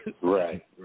right